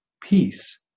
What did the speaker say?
peace